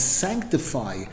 sanctify